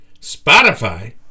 Spotify